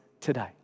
today